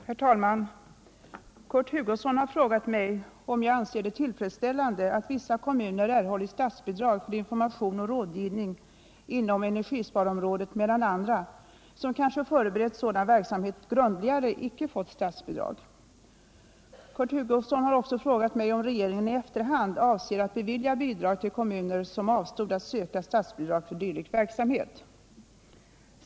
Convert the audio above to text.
Herr talman! Kurt Hugosson har frågat mig om jag anser det tillfredsställande att vissa kommuner erhållit statsbidrag för information och rådgivning inom energisparområdet, medan andra, som kanske förberett sådan verksamhet grundligare, icke fått statsbidrag. Kurt Hugosson har också frågat mig om regeringen i efterhand avser att bevilja bidrag till kommuner som avstod från att söka statsbidrag för dylik verksamhet.